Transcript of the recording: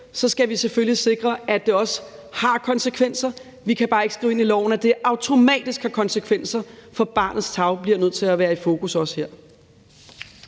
skal vi selvfølgelig sikre, at det er også har konsekvenser. Vi kan bare ikke skrive ind i loven, at det automatisk har konsekvenser, for barnets tarv bliver nødt til at være i fokus også her.